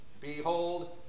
Behold